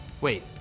Wait